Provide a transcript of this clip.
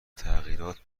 تغییرات